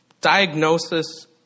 diagnosis